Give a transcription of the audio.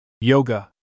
Yoga